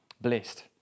blessed